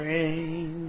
Rain